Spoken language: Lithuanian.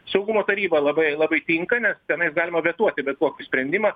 saugumo taryba labai labai tinka nes tenais galima vetuoti bet kokį sprendimą